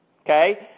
Okay